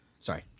Sorry